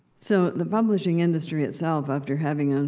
so, the publishing industry itself, after having um